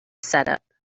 setup